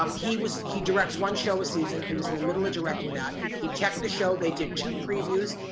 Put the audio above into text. um he was, he directs one show a season, he was in the middle of directing that, he kept the show, they did two previews,